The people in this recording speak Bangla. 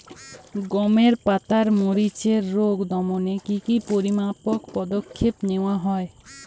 গমের পাতার মরিচের রোগ দমনে কি কি পরিমাপক পদক্ষেপ নেওয়া হয়?